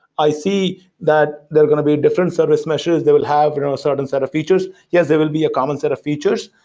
i see that there are going to be different service meshes that will have their and own certain set of features. yes, there will be a common set of features,